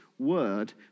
word